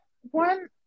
one